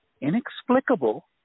inexplicable